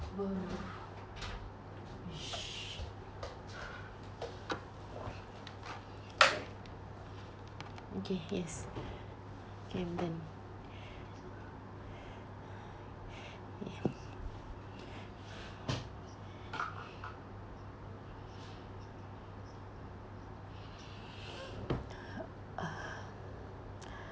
okay yes okay done